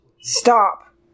Stop